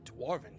Dwarven